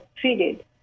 treated